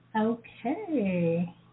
Okay